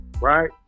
Right